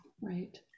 Right